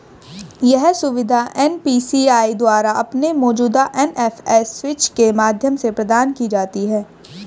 यह सुविधा एन.पी.सी.आई द्वारा अपने मौजूदा एन.एफ.एस स्विच के माध्यम से प्रदान की जाती है